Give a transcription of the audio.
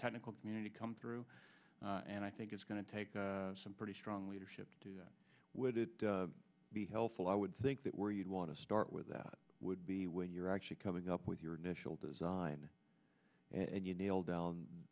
technical community come through and i think it's going to take some pretty strong leadership would it be helpful i would think that where you'd want to start with that would be when you're actually coming up with your initial design and you nail down